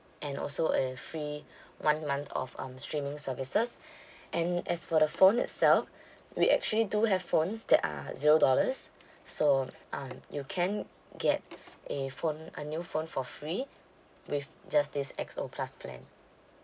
and also a free one month of um streaming services and as for the phone itself we actually do have phones that are zero dollars so um you can get a phone a new phone for free with just this X O plus plan